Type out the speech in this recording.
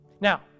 Now